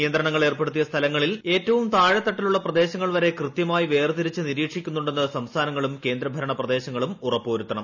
നിയന്ത്രണങ്ങൾ ഏർപ്പെടുത്തിയ സ്ഥലങ്ങളിൽ ഏറ്റവും താഴെ തട്ടിലുള്ള പ്രദേശങ്ങൾ വരെ കൃത്യമായി വേർതിരിച്ച് നിരീക്ഷിക്കുന്നുണ്ടെന്ന് സംസ്ഥാനങ്ങളും കേന്ദ്ര ഭരണ പ്രദേശങ്ങളും ഉറപ്പ് വരുത്തണം